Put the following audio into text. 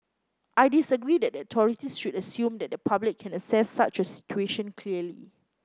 I disagree that the authorities should assume that the public can assess such a situation clearly